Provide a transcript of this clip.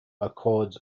accords